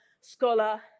scholar